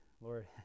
Lord